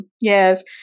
yes